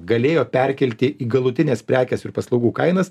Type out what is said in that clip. galėjo perkelti į galutines prekės ir paslaugų kainas